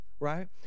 right